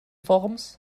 worms